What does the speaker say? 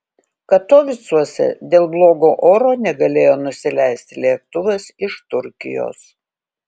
katovicuose dėl blogo oro negalėjo nusileisti lėktuvas iš turkijos